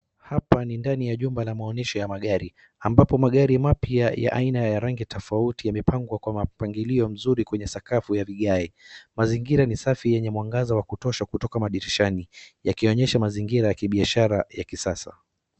Hapa ni ndani ya jumba la maonyesho ya magari, ambapo magari mapya ya aina ya rangi tofauti yamepangwa kwa mapangilio mzuri kwenye sakafu ya vigae. Mazingira ni safi yenye mwangaza wa kutosha kutoka madirishani, yakionyesha mazingira ya kibiashara ya kisasa.